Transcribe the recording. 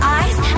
eyes